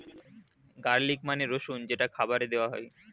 garlic মানে রসুন যেটা খাবারে দেওয়া হয়